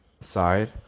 side